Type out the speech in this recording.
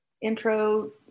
intro